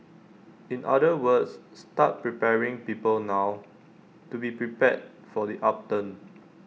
in other words start preparing people now to be prepared for the upturn